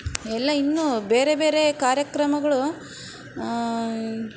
ಎಲ್ಲ ಇನ್ನೂ ಬೇರೆ ಬೇರೆ ಕಾರ್ಯಕ್ರಮಗಳು